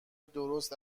درست